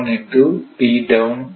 01 in two p down 0